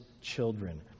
children